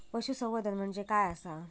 पशुसंवर्धन म्हणजे काय आसा?